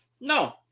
no